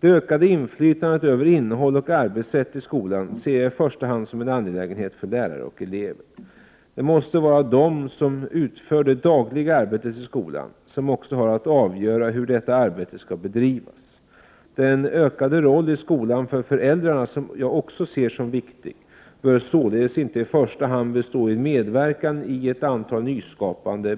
Det ökade inflytandet över innehåll och arbetssätt i skolan ser jag i första hand som en angelägenhet för lärare och elever. Det måste vara de som utför det dagliga arbetet i skolan som också har att avgöra hur detta arbete skall bedrivas. Den ökade roll i skolan för föräldrarna som också jag ser som viktig bör således inte i första hand bestå i medverkan i ett antal nyskapade